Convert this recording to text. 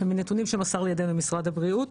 עכשיו, מנתונים שמסר לידינו משרד הבריאות,